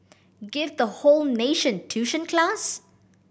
give the whole nation tuition class